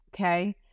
Okay